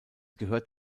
gehört